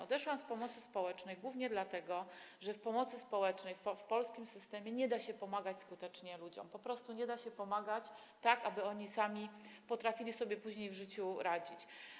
Odeszłam z pomocy społecznej głównie dlatego, że w pomocy społecznej w polskim systemie nie da się pomagać skutecznie ludziom, po prostu nie da się pomagać tak, aby oni sami potrafili sobie później w życiu radzić.